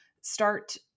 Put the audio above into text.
start